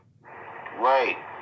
right